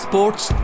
Sports